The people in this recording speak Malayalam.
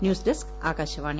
news desk Akashvani